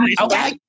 okay